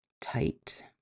tight